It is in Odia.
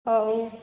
ହଉ